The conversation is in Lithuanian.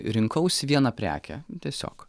rinkausi vieną prekę tiesiog